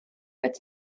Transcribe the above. это